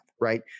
Right